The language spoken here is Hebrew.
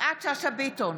יפעת שאשא ביטון,